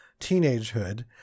teenagehood